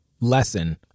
lesson